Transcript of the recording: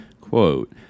quote